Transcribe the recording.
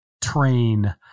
train